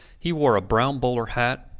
he wore a brown bowler hat,